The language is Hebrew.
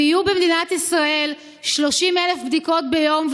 אם יהיו במדינת ישראל 30,000 בדיקות ביום,